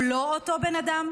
הוא לא אותו בן אדם,